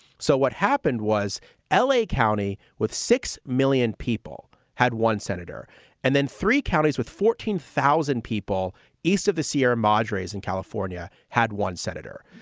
so what happened was l a. county, with six million people, had one senator and then three counties with fourteen thousand people east of the sierra madre is in california, had one senator.